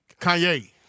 Kanye